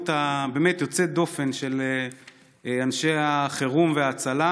באמת יוצאת דופן של אנשי החירום וההצלה,